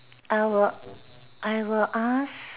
I'll I'll ask